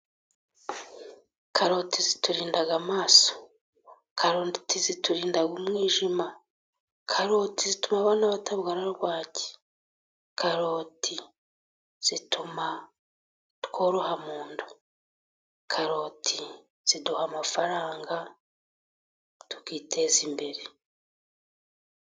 Karoti ziturinda amaso, karoti ziturinda umwijima, karoti zituma abana batarwara bwaki, karoti zituma tworoha mu nda, karoti ziduha amafaranga tukiteza imbere.